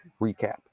recap